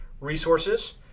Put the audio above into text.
resources